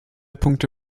punkte